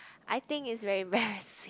I think is very embarrassing